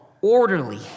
orderly